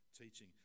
teaching